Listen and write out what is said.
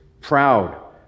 proud